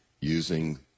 using